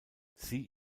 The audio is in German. sie